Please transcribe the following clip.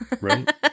Right